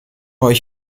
euch